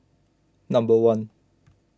number one